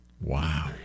Wow